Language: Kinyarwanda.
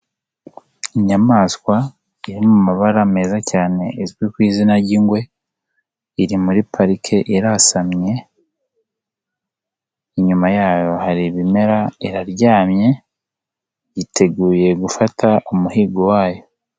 Inyamaswa iri mu mabara meza cyane izwi ku izina ry'ingwe, iri muri parike, irasamye, inyuma yayo hari ibimera, iraryamye, yiteguye gufata umuhigo wayo.